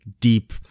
deep